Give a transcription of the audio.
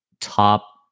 top